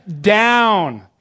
down